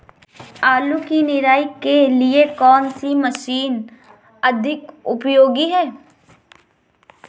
आलू की निराई के लिए कौन सी मशीन अधिक उपयोगी है?